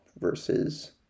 versus